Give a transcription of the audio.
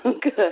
Good